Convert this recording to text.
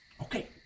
Okay